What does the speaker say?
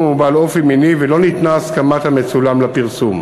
הוא בעל אופי מיני ולא ניתנה הסכמת המצולם לפרסום.